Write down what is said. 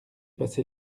passé